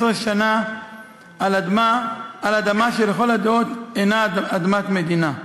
שנה על אדמה שלכל הדעות אינה אדמת מדינה.